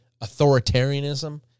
authoritarianism